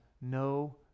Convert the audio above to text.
no